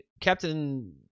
Captain